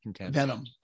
venom